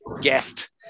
guest